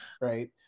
Right